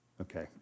Okay